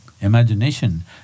Imagination